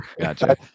gotcha